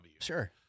Sure